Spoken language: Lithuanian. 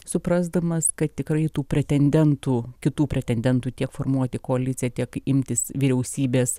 suprasdamas kad tikrai tų pretendentų kitų pretendentų tiek formuoti koaliciją tiek imtis vyriausybės